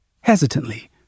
Hesitantly